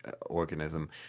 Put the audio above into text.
organism